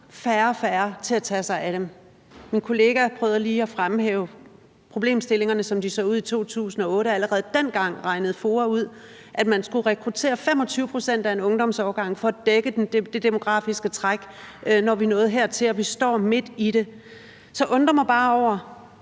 færre og færre til at tage sig af dem. Min kollega prøvede lige at fremhæve problemstillingerne, som de så ud i 2008. Allerede dengang regnede FOA ud, at man skulle rekruttere 25 pct. af en ungdomsårgang for at dække det demografiske træk, når vi nåede hertil. Og vi står midt i det. Så jeg undrer mig bare. Hvad